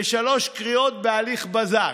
בשלוש קריאות בהליך בזק.